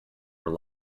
were